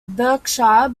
berkshire